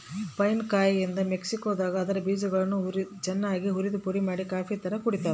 pine ಕಾಯಿಯಿಂದ ಮೆಕ್ಸಿಕೋದಾಗ ಅದರ ಬೀಜಗಳನ್ನು ಚನ್ನಾಗಿ ಉರಿದುಪುಡಿಮಾಡಿ ಕಾಫಿತರ ಕುಡಿತಾರ